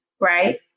Right